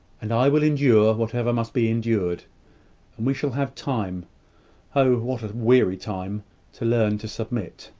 and i will endure whatever must be endured, and we shall have time oh, what a weary time to learn to submit.